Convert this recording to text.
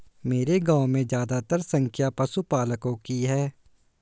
मेरे गांव में ज्यादातर संख्या पशुपालकों की है